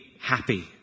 happy